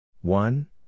one